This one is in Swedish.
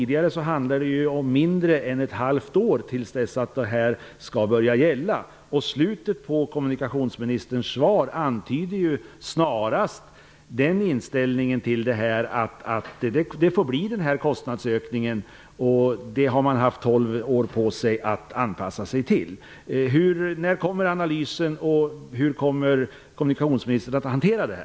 Det handlar om mindre än ett halvt år till dess att de nya avgifterna skall börja gälla. Slu tet av kommunikationsministerns svar antyder snarare inställningen att det får bli en kostnadsök ning. Sjöfarten har haft 12 år på sig att anpassa sig. När kommer analysen, och hur kommer kom munikationsministern att hantera den?